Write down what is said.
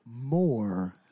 More